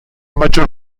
maggior